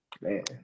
man